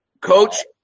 Coach